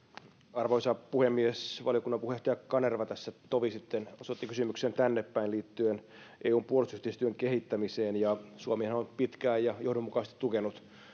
arvoisa puhemies valiokunnan puheenjohtaja kanerva tässä tovi sitten osoitti kysymyksen tännepäin liittyen eun puolustusyhteistyön kehittämiseen suomihan on pitkään ja johdonmukaisesti tukenut